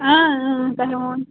آ تۄہہِ ووٚن